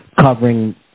covering